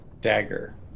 dagger